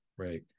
Right